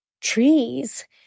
trees